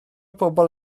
bobol